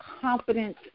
confidence